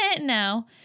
no